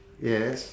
yes